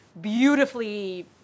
beautifully